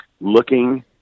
looking